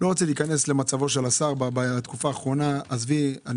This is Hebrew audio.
לא רציתי להיכנס למצב השר בתקופה האחרונה, אני